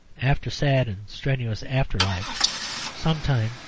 after sad and strenuous after-lives some time,